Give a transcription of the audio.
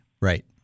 Right